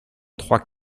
trois